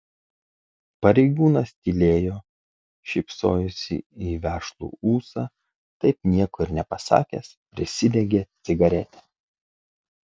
pareigūnas tylėjo šypsojosi į vešlų ūsą taip nieko ir nepasakęs prisidegė cigaretę